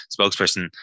spokesperson